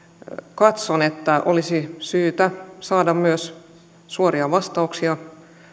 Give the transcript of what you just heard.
katson että olisi syytä saada myös suoria vastauksia